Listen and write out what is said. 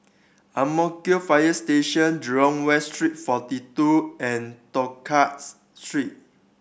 Ang Mo Kio Fire Station Jurong West Street Forty Two and Tosca Street